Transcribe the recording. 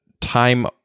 time